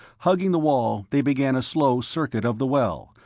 hugging the wall, they began a slow circuit of the well,